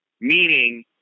meaning